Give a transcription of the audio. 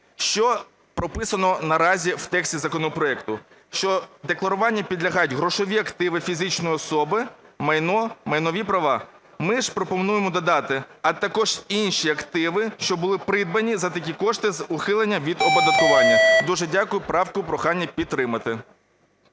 Що прописано наразі в тексті законопроекту? Що декларуванню підлягають грошові активи фізичної особи, майно, майнові права. Ми ж пропонуємо додати: "а також інші активи, що були придбані за такі кошти з ухиленням від оподаткування". Дуже дякую. Правку прохання підтримати.